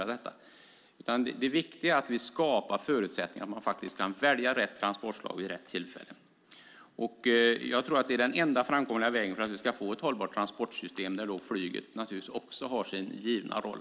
Det viktiga är att skapa förutsättningar för att välja rätt transportslag vid rätt tillfälle. Jag tror att det är den enda framkomliga vägen för ett hållbart transportsystem där även flyget har sin givna roll.